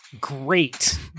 great